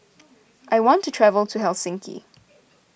I want to travel to Helsinki